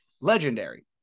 Legendary